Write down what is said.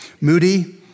Moody